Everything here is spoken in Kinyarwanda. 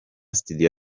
studio